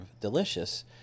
Delicious